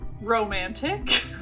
romantic